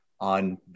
on